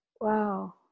wow